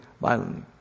violently